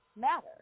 matter